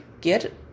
get